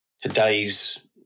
today's